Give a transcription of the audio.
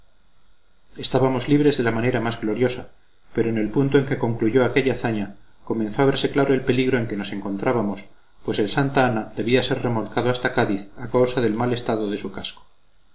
estábamos libres de la manera más gloriosa pero en el punto en que concluyó aquella hazaña comenzó a verse claro el peligro en que nos encontrábamos pues el santa ana debía ser remolcado hasta cádiz a causa del mal estado de su casco